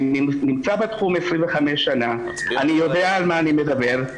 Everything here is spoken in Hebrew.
אני נמצא בתחום 25 שנה, אני יודע על מה אני מדבר.